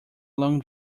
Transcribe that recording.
long